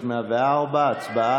הציונות הדתית לפני סעיף 1 לא נתקבלה.